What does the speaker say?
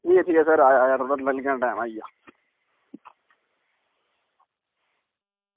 ठीक ठीक ऐ सर आया थोह्ड़ा मिलिया टैम आया